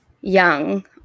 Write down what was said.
young